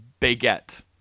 baguette